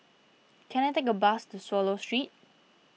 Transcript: can I take a bus to Swallow Street